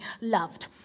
loved